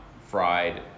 fried